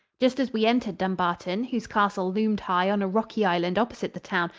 just as we entered dumbarton, whose castle loomed high on a rocky island opposite the town,